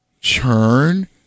Turn